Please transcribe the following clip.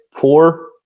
four